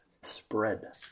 spread